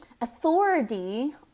authority